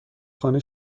خانه